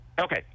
Okay